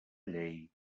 llei